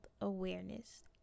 awareness